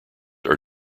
are